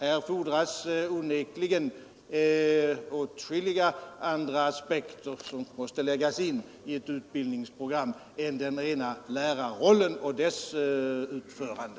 Här måste onekligen åtskilligt annat läggas in i utbildningsprogrammet än den rena lärarrollen och dess utförande.